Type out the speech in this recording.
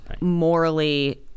morally